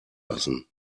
lassen